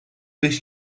beş